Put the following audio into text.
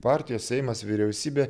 partijos seimas vyriausybė